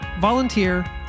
volunteer